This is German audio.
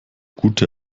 gute